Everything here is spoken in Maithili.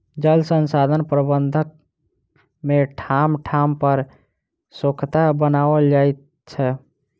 जल संसाधन प्रबंधन मे ठाम ठाम पर सोंखता बनाओल जाइत छै